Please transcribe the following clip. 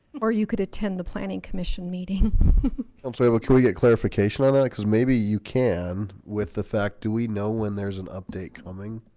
or you could attend the planning commission meeting i'm sorry, but can we get clarification on that? because maybe you can with the fact do we know when there's an update coming?